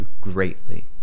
greatly